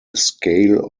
scale